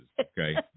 okay